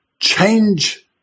change